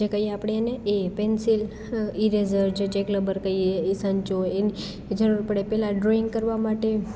જે કંઈ આપણે એને એ પેન્સિલ ઈરેઝર જે ચેક રબર કઈએ એ સંચો એની જરૂર પડે પહેલા ડ્રોઈંગ કરવા માટે